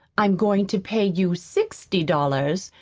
i'm going to pay you sixty dollars,